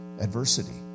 adversity